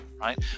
right